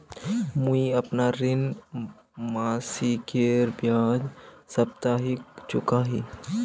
मुईअपना ऋण मासिकेर बजाय साप्ताहिक चुका ही